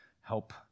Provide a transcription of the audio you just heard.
help